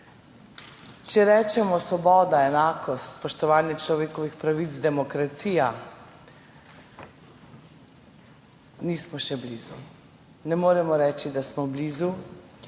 Če rečemo svoboda, enakost, spoštovanje človekovih pravic, demokracija, nismo še blizu, ne moremo reči, da smo blizu.